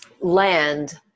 land